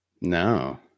no